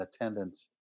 attendance